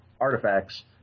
artifacts